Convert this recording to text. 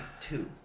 two